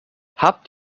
habt